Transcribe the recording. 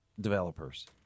developers